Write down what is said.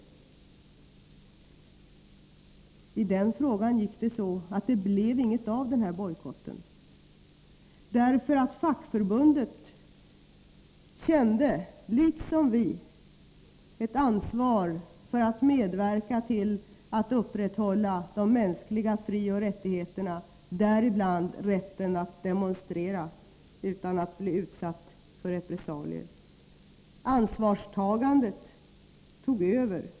När det gällde den frågan gick det så, att det inte blev någonting av den här bojkotten, eftersom fackförbundet, liksom vi, kände ett ansvar för att medverka till att upprätthålla de mänskliga frioch rättigheterna, däribland rätten att demonstrera utan att bli utsatt för repressalier. Ansvarstagandet tog över.